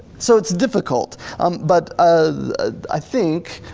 so it's difficult um but ah i think,